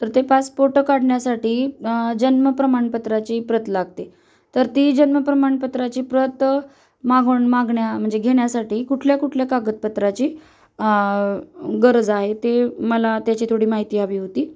तर ते पासफोटं काढण्यासाठी जन्मप्रमाणपत्राची प्रत लागते तर ती जन्मप्रमाणपत्राची प्रत मागवणं मागण्या म्हणजे घेण्यासाठी कुठल्या कुठल्या कागदपत्राची गरज आहे ते मला त्याची थोडी माहिती हवी होती